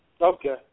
Okay